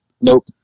Nope